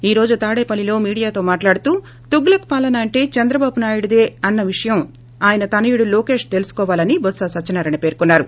ఈ రోజు తాడేపల్లి లో మీడియాతో మాట్లాడుతూ తుగ్లక్ పాలన అంటే చంద్రబాబు నాయుడిదే అసే విషయం ఆయన తనయుడు లోకేశ్ తెలుసుకోవాలని బొత్ప సత్సనారాయణ పేర్కున్నారు